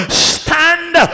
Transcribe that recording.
stand